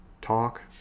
talk